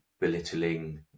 belittling